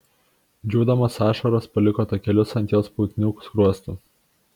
džiūdamos ašaros paliko takelius ant jos putnių skruostų